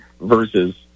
versus